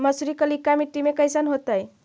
मसुरी कलिका मट्टी में कईसन होतै?